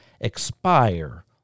expire